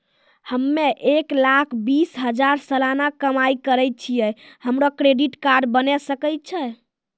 हम्मय एक लाख बीस हजार सलाना कमाई करे छियै, हमरो क्रेडिट कार्ड बने सकय छै?